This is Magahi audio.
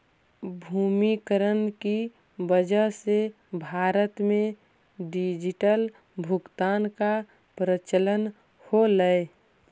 विमुद्रीकरण की वजह से भारत में डिजिटल भुगतान का प्रचलन होलई